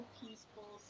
peaceful